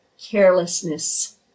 carelessness